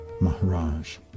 Maharaj